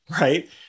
Right